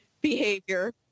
behavior